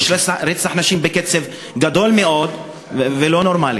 כי יש רצח נשים בהיקף גדול מאוד ולא נורמלי.